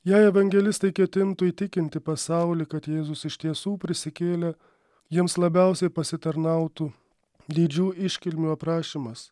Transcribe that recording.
jei evangelistai ketintų įtikinti pasaulį kad jėzus iš tiesų prisikėlė jiems labiausiai pasitarnautų didžių iškilmių aprašymas